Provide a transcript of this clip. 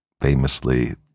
famously